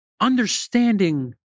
understanding